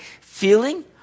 feeling